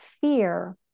fear